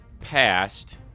passed